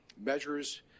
measures